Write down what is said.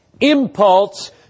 impulse